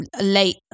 late